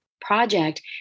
project